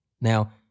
Now